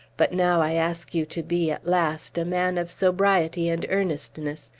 but now i ask you to be, at last, a man of sobriety and earnestness,